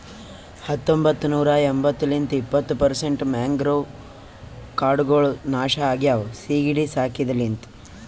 ಹತೊಂಬತ್ತ ನೂರಾ ಎಂಬತ್ತು ಲಿಂತ್ ಇಪ್ಪತ್ತು ಪರ್ಸೆಂಟ್ ಮ್ಯಾಂಗ್ರೋವ್ ಕಾಡ್ಗೊಳ್ ನಾಶ ಆಗ್ಯಾವ ಸೀಗಿಡಿ ಸಾಕಿದ ಲಿಂತ್